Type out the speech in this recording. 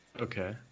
okay